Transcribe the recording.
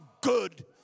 good